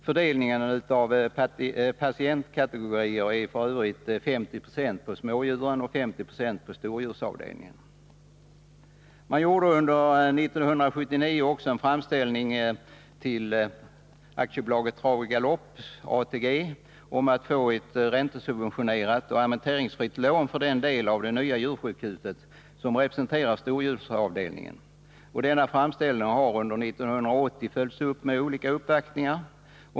Fördelning på patientkategorier är ca 50 20 på smådjursavdelningen och 50 90 på stordjursavdelningen. Under 1979 gjorde också hushållningssällskapet en framställning till AB Trav och Galopp, ATG, om att få ett räntesubventionerat och amorteringsfritt lån för den del av det nya djursjukhuset som representerar stordjursavdelningen. Denna framställning har under 1980 följts upp med olika uppvaktningar.